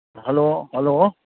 hello hello